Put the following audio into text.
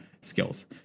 skills